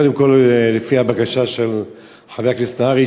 קודם כול לפי הבקשה של חבר הכנסת נהרי,